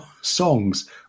songs